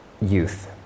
youth